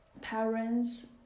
parents